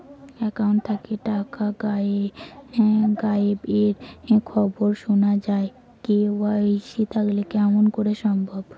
Account থাকি টাকা গায়েব এর খবর সুনা যায় কে.ওয়াই.সি থাকিতে কেমন করি সম্ভব?